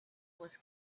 wars